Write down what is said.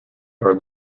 are